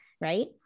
right